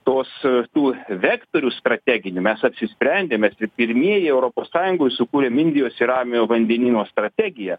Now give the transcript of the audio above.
tos tų vektorių strateginių mes apsisprendę mes pirmieji europos sąjungoj sukūrėm indijos ir ramiojo vandenyno strategiją